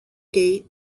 gate